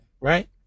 right